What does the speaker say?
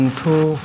two